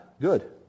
Good